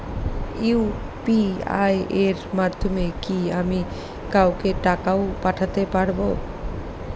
UPI এর মাধ্যমে কি আমি কাউকে টাকা ও পাঠাতে পারবো?